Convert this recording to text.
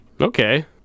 Okay